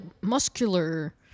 muscular